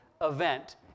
event